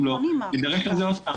אם לא נידרש לזה שוב.